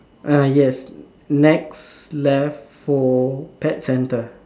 ah yes next left for pet centre